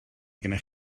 gennych